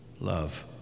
love